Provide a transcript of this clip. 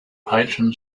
patron